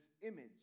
image